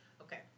Okay